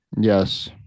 yes